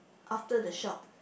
after the shop